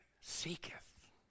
seeketh